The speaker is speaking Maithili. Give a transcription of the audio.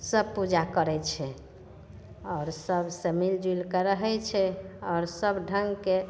सब पूजा करै छै आओर सबसे मिलिजुलिके रहै छै आओर सब ढङ्गके